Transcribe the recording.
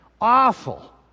Awful